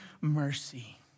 mercy